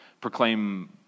proclaim